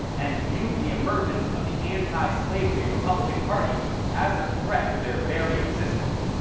and viewed the emergence of the anti-slavery republican party as a threat to their very existence.